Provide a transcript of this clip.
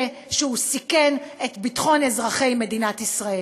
שהוא סיכן את ביטחון אזרחי מדינת ישראל?